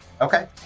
Okay